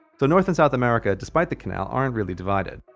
so north and south america, despite the canal, aren't really divided.